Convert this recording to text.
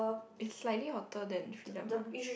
is slightly hotter than Freedom lah